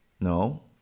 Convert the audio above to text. No